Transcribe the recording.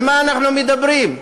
על מה אנחנו מדברים?